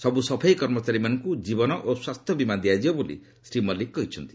ସବୁ ସଫାଇ କର୍ମଚାରୀମାନଙ୍କୁ ଜୀବନ ଓ ସ୍ୱାସ୍ଥ୍ୟ ବୀମା ଦିଆଯିବ ବୋଲି ଶ୍ରୀ ମଲିକ୍ କହିଛନ୍ତି